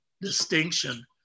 distinction